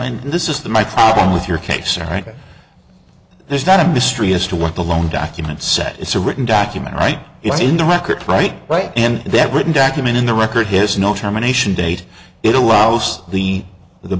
and this is the my problem with your case right there's not a mystery as to what the loan documents say it's a written document right it's in the record right right in that written document in the record his no terminations date it allows the